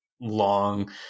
long